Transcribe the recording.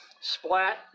Splat